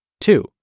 Two